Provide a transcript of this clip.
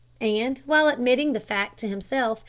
and, while admitting the fact to himself,